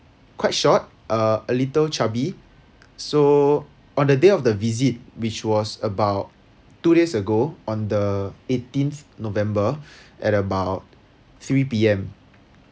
quite short uh a little chubby so on the day of the visit which was about two days ago on the eighteenth november at about three P_M